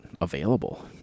available